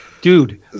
Dude